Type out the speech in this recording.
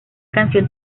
canción